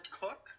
cook